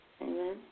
amen